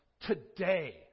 today